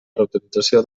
reutilització